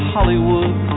Hollywood